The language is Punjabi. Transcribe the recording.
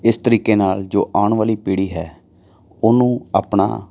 ਇਸ ਤਰੀਕੇ ਨਾਲ ਜੋ ਆਉਣ ਵਾਲੀ ਪੀੜ੍ਹੀ ਹੈ ਉਹਨੂੰ ਆਪਣਾ